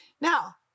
Now